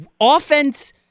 Offense